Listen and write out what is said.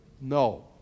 no